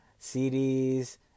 CDs